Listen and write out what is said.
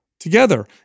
together